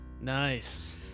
nice